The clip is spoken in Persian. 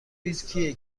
کیه